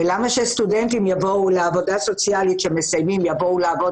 למה שסטודנטים שמסיימים את הלימודים יבואו לעבוד